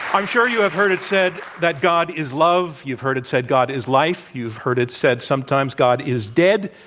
um sure you have heard it said that god is love. you've heard it said that god is life. you've heard it said, sometimes, god is dead.